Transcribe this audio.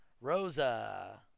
rosa